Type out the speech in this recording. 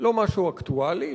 לא משהו אקטואלי,